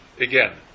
again